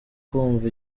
kumva